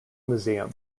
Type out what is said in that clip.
museum